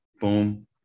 boom